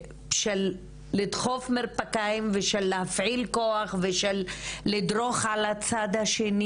של לדחוף מרפקים ושל להפעיל כוח ושל לדרוך על הצד השני,